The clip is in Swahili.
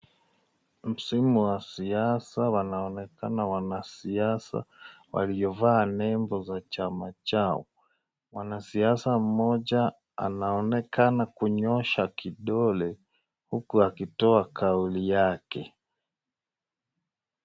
Msimu wa siasa wanaonekana wanasiasa waliovaa nembu za chama chao. Mwanasiasa mmoja anaonekana kunyoosha kidole, huku akitoa kauli yake.